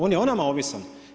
On je o nama ovisan.